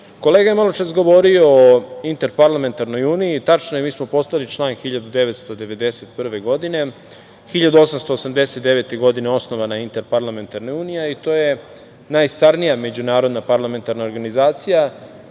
je maločas govorio o Interparlamentarnoj uniji. Tačno je mi smo postali član 1991. godine, 1879. godine osnovana je Interparlamentarna unija i to je najstarija međunarodna parlamentarna organizacija,